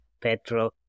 Pedro